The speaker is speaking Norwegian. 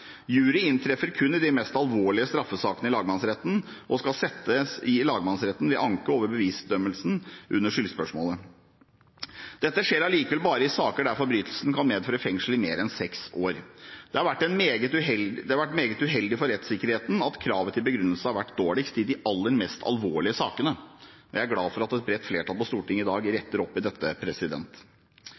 Jury inntreffer kun i de mest alvorlige straffesakene i lagmannsretten og skal settes i lagmannsretten ved anke over bevisbedømmelsen under skyldspørsmålet. Dette skjer likevel bare i saker der forbrytelsen kan medføre fengsel i mer enn seks år. Det har vært meget uheldig for rettssikkerheten at kravet til begrunnelse har vært dårligst i de aller mest alvorlige sakene. Jeg er glad for at et bredt flertall på Stortinget i dag retter opp i dette.